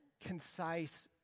concise